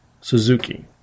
Suzuki